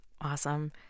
Awesome